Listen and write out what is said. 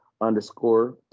underscore